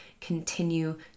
continue